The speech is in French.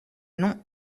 non